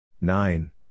nine